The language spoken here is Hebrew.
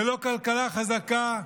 ללא כלכלה חזקה,